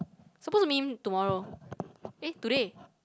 supposed to meet him tomorrow eh today